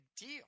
deal